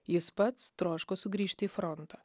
jis pats troško sugrįžti į frontą